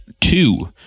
two